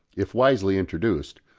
if wisely introduced,